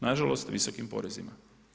Nažalost visokim porezima.